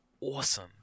awesome